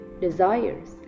desires